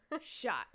shot